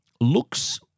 looks